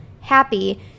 happy